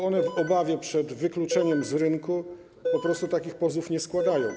Dostawcy w obawie przed wykluczeniem z rynku po prostu takich pozwów nie składają.